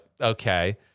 okay